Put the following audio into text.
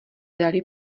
dali